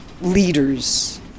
leaders